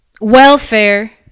welfare